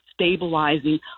stabilizing